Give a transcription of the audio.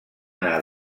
anar